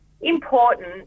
important